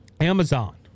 Amazon